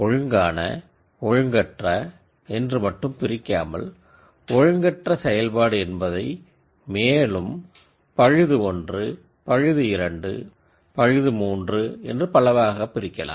normal abnormal என்று மட்டும் பிரிக்காமல் நார்மல் என்பதை மேலும் ஃபால்ட் 1 ஃபால்ட் 2 ஃபால்ட் 3 என்று பலவாகப் பிரிக்கலாம்